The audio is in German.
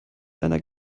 einer